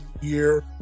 year